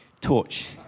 torch